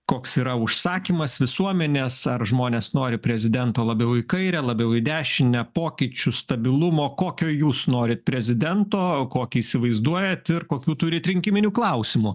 koks yra užsakymas visuomenės ar žmonės nori prezidento labiau į kairę labiau į dešinę pokyčių stabilumo kokio jūs norit prezidento kokį įsivaizduojat ir kokių turit rinkiminių klausimų